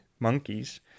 monkeys